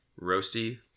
roasty